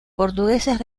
portugueses